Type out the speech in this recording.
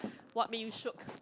what made you shooked